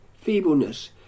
feebleness